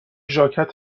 ژاکت